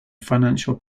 financial